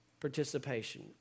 participation